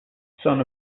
son